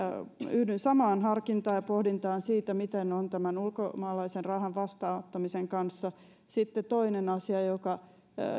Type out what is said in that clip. yhdyn samaan harkintaan ja pohdintaan siitä miten on tämän ulkomaalaisen rahan vastaanottamisen kanssa sitten toinen asia